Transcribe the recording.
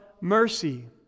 mercy